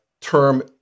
term